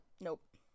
nope